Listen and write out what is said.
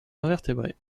invertébrés